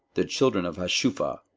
the children of hashupha,